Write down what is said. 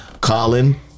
Colin